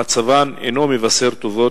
אני חושב שאיכשהו לא מגולגל נכון